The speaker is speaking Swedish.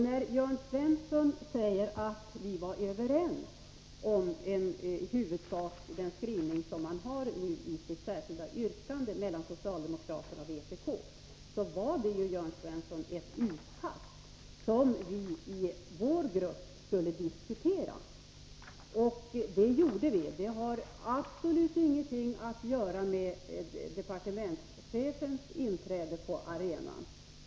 När Jörn Svensson säger att socialdemokraterna och vpk i huvudsak var överens om den skrivning som han nu har i sitt särskilda yrkande, vill jag framhålla att det då gällde ett utkast, som vi i vår grupp skulle diskutera. Det gjorde vi också. Det har absolut ingenting att göra med departementschefens inträde på arenan.